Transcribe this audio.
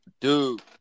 Dude